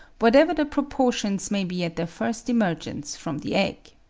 whatever the proportions may be at their first emergence from the egg.